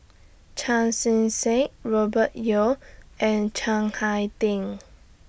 Chan Chee Seng Robert Yeo and Chiang Hai Ding